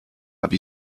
habe